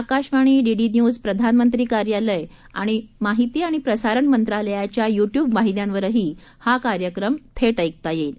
Akashvani DD news प्रधानमंत्री कार्यालय आणि महिती आणि प्रसारण मंत्रालयाच्या युट्यूब वाहिन्यांवरही हा कार्यक्रम थेट ऐकता येईल